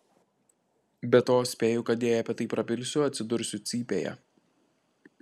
be to spėju kad jei apie tai prabilsiu atsidursiu cypėje